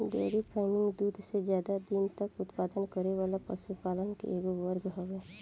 dairy farming दूध के ज्यादा दिन तक उत्पादन करे वाला पशुपालन के एगो वर्ग हवे